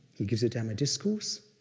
he gives a dhamma discourse,